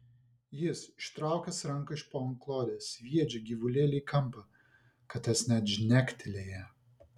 jis ištraukęs ranką iš po antklodės sviedžia gyvulėlį į kampą kad tas net žnektelėja